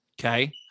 Okay